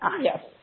Yes